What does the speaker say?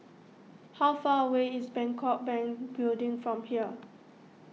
how far away is Bangkok Bank Building from here